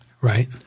Right